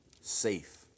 Safe